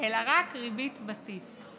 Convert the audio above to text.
אלא רק ריבית בסיס.